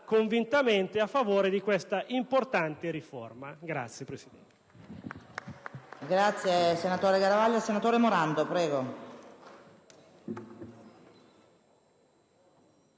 convintamente a favore di questa importante riforma.